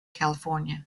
california